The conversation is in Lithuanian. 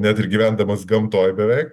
net ir gyvendamas gamtoj beveik